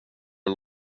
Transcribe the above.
och